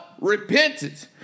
repentance